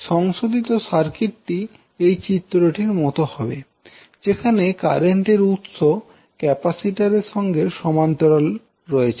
সংশোধিত সার্কিটটি এই চিত্রটির মতো হবে যেখানে কারেন্ট এর উৎস ক্যাপাসিটর এর সঙ্গে সমান্তরালে রয়েছে